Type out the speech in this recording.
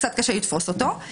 שקצת קשה לתפוס אותו.